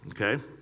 okay